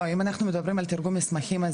אם אנחנו מדברים על תרגום מסמכים,